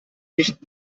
nicht